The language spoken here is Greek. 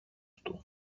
του